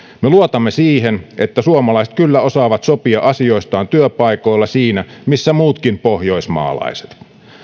me luotamme siihen että suomalaiset kyllä osaavat sopia asioistaan työpaikoilla siinä missä muutkin pohjoismaalaiset